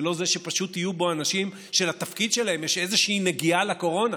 ולא זה שפשוט יהיו בו אנשים שלתפקיד שלהם יש איזושהי נגיעה לקורונה,